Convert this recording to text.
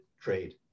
trade